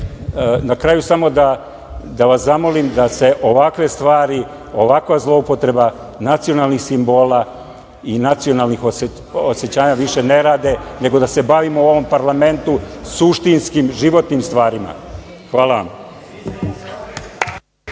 kraju samo da vas zamolim da se ovakve stvari, ovakva zloupotreba nacionalnih simbola i nacionalnih osećanja više ne rade, nego da se bavimo u ovom parlamentu suštinskim, životnim stvarima. Hvala vam.